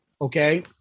okay